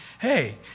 Hey